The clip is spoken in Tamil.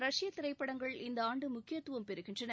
ரஷ்ய திரைப்படங்கள் இந்த ஆண்டு முக்கியத்துவம் பெறுகின்றன